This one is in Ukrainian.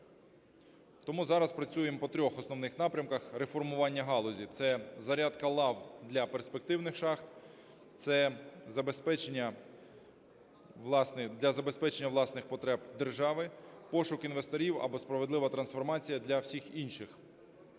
Тому зараз працюємо по трьох основних напрямках реформування галузі: це зарядка лав для перспективних шахт, це забезпечення… для забезпечення власних потреб держави, пошук інвесторів або справедлива трансформація для всіх інших.